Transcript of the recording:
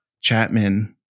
Chapman